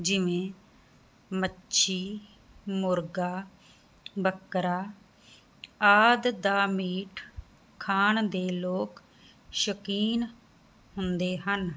ਜਿਵੇਂ ਮੱਛੀ ਮੁਰਗਾ ਬੱਕਰਾ ਆਦਿ ਦਾ ਮੀਟ ਖਾਣ ਦੇ ਲੋਕ ਸ਼ੌਂਕੀਨ ਹੁੰਦੇ ਹਨ